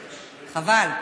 חבל.